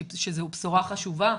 שזוהי בשורה חשובה,